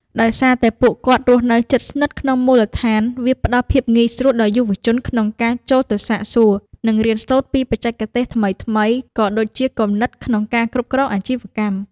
ដោយសារតែពួកគាត់រស់នៅជិតស្និទ្ធក្នុងមូលដ្ឋាន វាផ្ដល់ភាពងាយស្រួលដល់យុវជនក្នុងការចូលទៅសាកសួរ និងរៀនសូត្រពីបច្ចេកទេសថ្មីៗ ក៏ដូចជាគំនិតក្នុងការគ្រប់គ្រងអាជីវកម្ម។